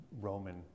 Roman